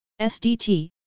SDT